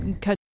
Cut